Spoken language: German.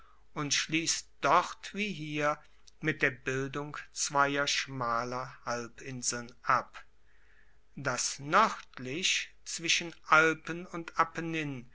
und schliesst dort wie hier mit der bildung zweier schmaler halbinseln ab das noerdlich zwischen alpen und